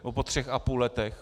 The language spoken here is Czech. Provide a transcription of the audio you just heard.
Nebo po třech a půl letech?